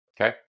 okay